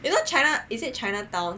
you know china is it chinatown